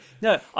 No